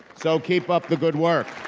so, keep up the good work.